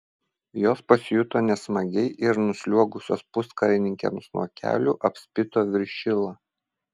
jos pasijuto nesmagiai ir nusliuogusios puskarininkiams nuo kelių apspito viršilą